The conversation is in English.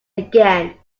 again